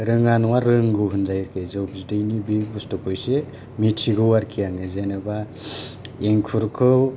रोङा नङा रोगौ होनजायो आरोखि जौ बिदैनि बे बुसथुखौ मिथिगौ आरोखि आं जेन'बा एंखुरखौ